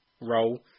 role